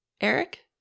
Eric